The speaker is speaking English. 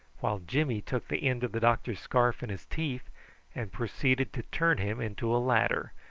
while jimmy took the end of the doctor's scarf in his teeth and proceeded to turn him into a ladder,